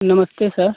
नमस्ते सर